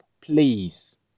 please